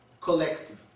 collective